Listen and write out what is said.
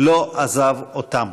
לא עזב אותם.